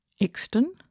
Exton